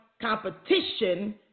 competition